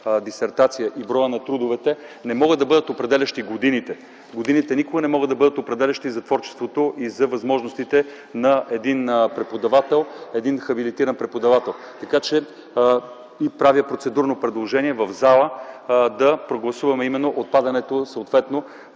дисертация и броя на трудовете ... Годините никога не могат да бъдат определящи за творчеството и за възможностите на един преподавател, на един хабилитиран преподавател. Правя процедурно предложение в зала да прогласуваме именно отпадането съответно